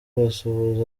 basuhuza